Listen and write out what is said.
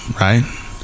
right